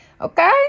Okay